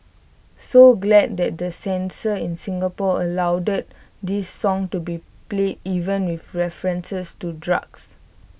so glad the censors in Singapore allowed this song to be played even with references to drugs